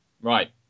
right